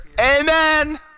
amen